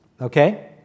Okay